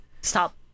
Stop